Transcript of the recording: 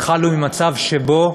התחלנו ממצב שבו